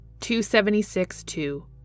276.2